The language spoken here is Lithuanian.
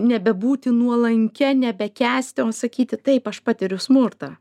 nebebūti nuolankia nebekęsti o sakyti taip aš patiriu smurtą